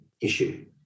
issue